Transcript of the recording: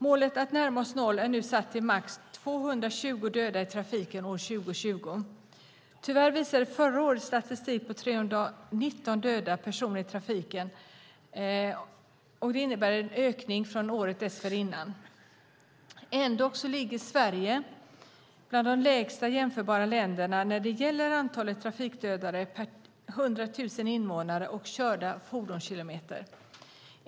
Målet att närma oss noll är nu satt till max 220 döda i trafiken år 2020. Tyvärr visade förra årets statistik på 319 döda personer i trafiken. Det innebär en ökning från året dessförinnan. Ändock ligger Sverige bland de jämförbara länder som har det lägsta antalet trafikdödade per 100 000 invånare och körda fordonskilometer.